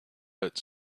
but